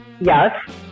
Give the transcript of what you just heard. yes